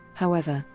however,